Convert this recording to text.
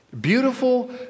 beautiful